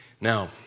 Now